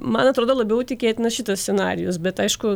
man atrodo labiau tikėtinas šitas scenarijus bet aišku